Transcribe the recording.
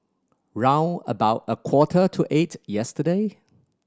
round about a quarter to eight yesterday